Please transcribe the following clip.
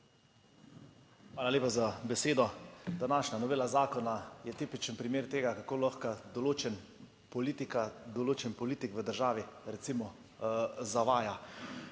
Hvala lepa za besedo. Današnja novela zakona je tipičen primer tega, kako lahko določena politika, določen politik v državi recimo zavaja.